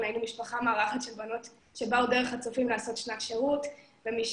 היינו משפחה מארחת של בנות באו דרך הצופים לעשות שנת שירות ומשם